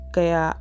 Kaya